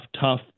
tough